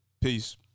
peace